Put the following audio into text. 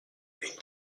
une